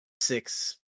six